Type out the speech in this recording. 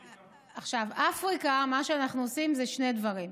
לגבי אפריקה, אנחנו עושים שני דברים: